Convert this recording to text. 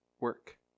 work